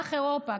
ממזרח אירופה.